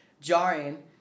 jarring